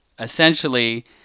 Essentially